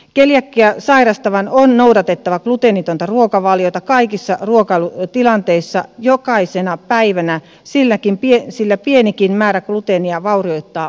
keliakiaa sairastavan on noudatettava gluteenitonta ruokavaliota kaikissa ruokailutilanteissa jokaisena päivänä sillä pienikin määrä gluteenia vaurioittaa ohutsuolta